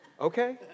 Okay